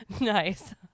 nice